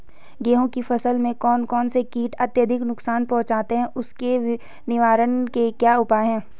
गेहूँ की फसल में कौन कौन से कीट अत्यधिक नुकसान पहुंचाते हैं उसके निवारण के क्या उपाय हैं?